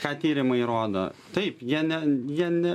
ką tyrimai rodo taip jie ne jie ne